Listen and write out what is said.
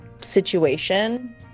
situation